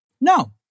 No